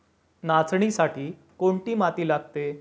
नाचणीसाठी कोणती माती लागते?